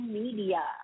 media